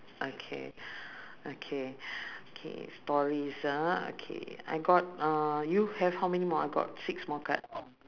okay okay okay stories ah okay I got uh you have how many more I got six more cards